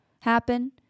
happen